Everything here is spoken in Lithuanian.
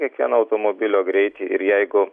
kiekvieno automobilio greitį ir jeigu